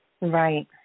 Right